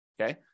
okay